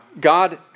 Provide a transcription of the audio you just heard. God